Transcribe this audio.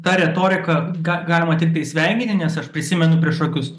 tą retorika ga galima tiktai sveikinti nes aš prisimenu prieš kokius